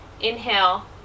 inhale